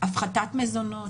הפחתת מזונות?